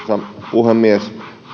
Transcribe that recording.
puhemies